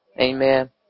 Amen